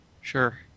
Sure